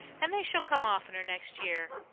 and they shall come oftener next year.